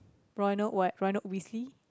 Ronald what Ronald Weasley